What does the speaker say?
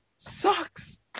Sucks